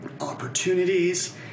opportunities